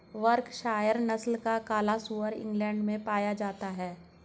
Berkshire नस्ल का काला सुअर इंग्लैण्ड में पाया जाता है